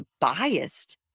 biased